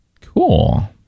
Cool